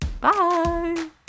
Bye